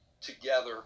together